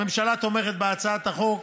הממשלה תומכת בהצעת החוק,